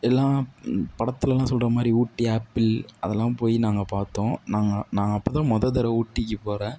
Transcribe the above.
எல்லாம் படத்துலலாம் சொல்கிற மாதிரி ஊட்டி ஆப்பிள் அதெல்லாம் போய் நாங்கள் பார்த்தோம் நாங்கள் நான் அப்போ தான் மொதல் தடவ ஊட்டிக்கு போகிறேன்